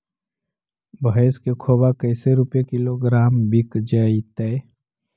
भैस के खोबा कैसे रूपये किलोग्राम बिक जइतै?